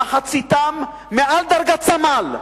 מחציתם מעל דרגת סמל.